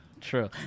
true